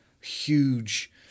huge